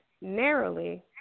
narrowly